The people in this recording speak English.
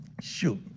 shoot